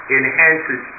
enhances